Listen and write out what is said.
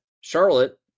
Charlotte